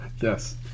yes